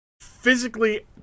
physically